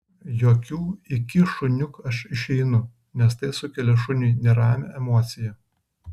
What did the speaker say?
jokių iki šuniuk aš išeinu nes tai sukelia šuniui neramią emociją